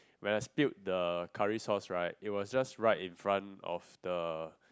when I spilled the curry sauce right it was just right in front of the